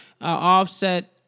Offset